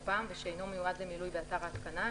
גפ"מ ושאינו מיועד למילוי באתר ההתקנה,